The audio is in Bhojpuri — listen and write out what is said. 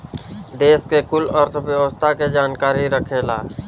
देस के कुल अर्थव्यवस्था के जानकारी रखेला